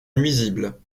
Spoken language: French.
nuisible